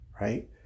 right